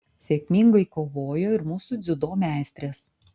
sėkmingai kovojo ir mūsų dziudo meistrės